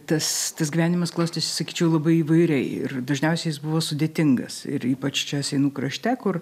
tas gyvenimas klostėsi sakyčiau labai įvairiai ir dažniausiai jis buvo sudėtingas ir ypač čia seinų krašte kur